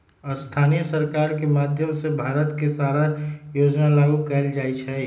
स्थानीय सरकार के माधयम से भारत के सारा योजना लागू कएल जाई छई